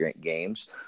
games